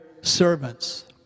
servants